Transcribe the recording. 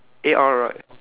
A_R right